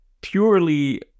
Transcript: purely